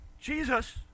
Jesus